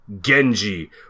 Genji